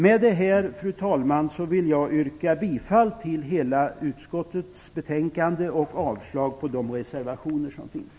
Med detta, fru talman, vill jag yrka bifall till utskottets hemställan i dess helhet och avslag på reservationerna.